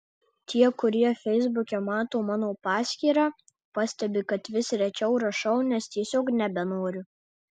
tie kurie feisbuke mato mano paskyrą pastebi kad vis rečiau rašau nes tiesiog nebenoriu